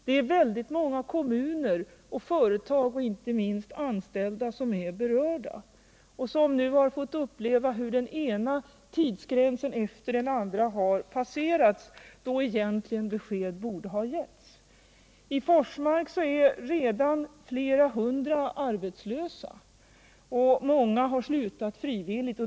Det är många kommuner, företag och inte minst anställda som är berörda och som fått uppleva hur den ena tidsgränsen efter den andra, då besked egentligen borde ha getts, har passerats. I Forsmark är redan flera hundra arbetslösa, och många har slutat frivilligt.